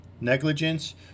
negligence